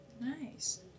Nice